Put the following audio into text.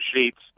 sheets